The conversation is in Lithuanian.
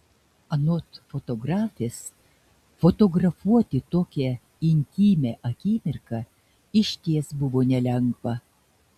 anot fotografės fotografuoti tokią intymią akimirką išties buvo nelengva